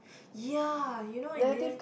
ya you know in the end